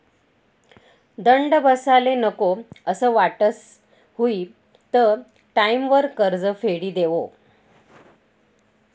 दंड बसाले नको असं वाटस हुयी त टाईमवर कर्ज फेडी देवो